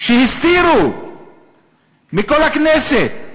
שהסתירו מכל הכנסת,